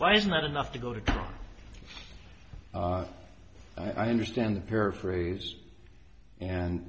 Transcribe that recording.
why isn't that enough to go to i understand the paraphrase and